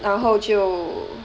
然后就